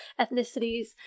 ethnicities